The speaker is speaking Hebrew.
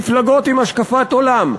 מפלגות עם השקפת עולם,